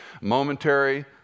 Momentary